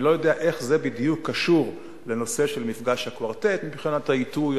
אני לא יודע איך זה בדיוק קשור לנושא של מפגש הקוורטט מבחינת העיתוי.